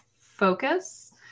focus